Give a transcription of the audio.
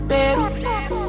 Better